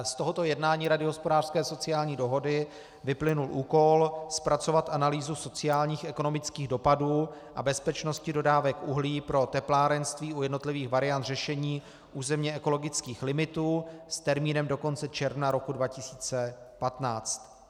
Z tohoto jednání Rady hospodářské a sociální dohody vyplynul úkol zpracovat analýzu sociálních a ekonomických dopadů a bezpečnosti dodávek uhlí pro teplárenství u jednotlivých variant řešení územně ekologických limitů s termínem do konce června 2015.